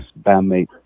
bandmate